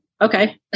okay